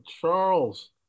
Charles